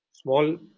Small